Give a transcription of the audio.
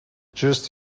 just